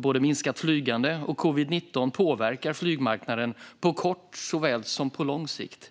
Både minskat flygande och covid-19 påverkar flygmarknaden på såväl kort som lång sikt.